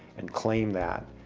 and claim that.